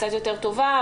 קצת יותר טובה.